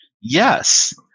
Yes